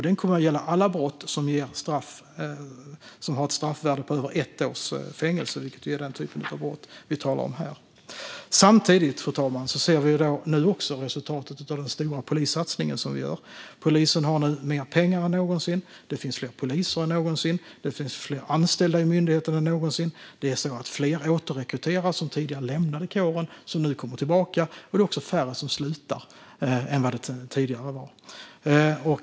Det kommer att gälla alla brott som har ett straffvärde på över ett års fängelse, vilket är den typen av brott vi talar om här. Samtidigt, fru talman, ser vi nu också resultatet av den stora polissatsningen. Polisen har nu mer pengar än någonsin. Det finns fler poliser än någonsin. Det finns fler anställda i myndigheten än någonsin. Fler återrekryteras som tidigare lämnat kåren och kommer nu tillbaka. Det är också färre som slutar än tidigare.